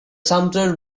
sumpter